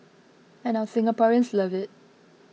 and our Singaporeans love it